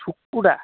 ସୁକୁଟା